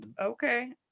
okay